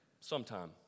sometime